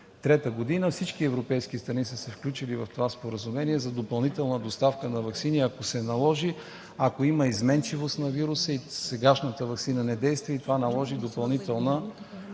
2023 г. Всички европейски страни са се включили в това споразумение за допълнителна доставка на ваксини. Ако се наложи, ако има изменчивост на вируса и сегашната ваксина не действа и това наложи допълнителна